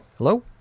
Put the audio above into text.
Hello